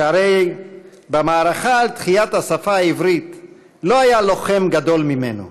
שהרי במערכה על תחיית השפה העברית לא היה לוחם גדול ממנו.